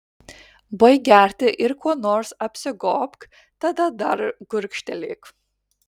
baik gerti ir kuo nors apsigobk tada dar gurkštelėk